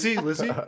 Lizzie